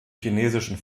chinesischen